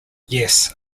yes